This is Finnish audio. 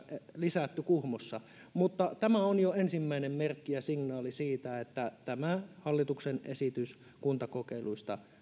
lisätty kuhmossa mutta tämä on jo ensimmäinen merkki ja signaali siitä että tämä hallituksen esitys kuntakokeiluista